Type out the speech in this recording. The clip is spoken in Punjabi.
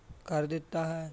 ਕਰ ਦਿੱਤਾ ਹੈ